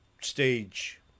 stage